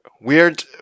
weird